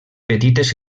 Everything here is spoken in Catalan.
petites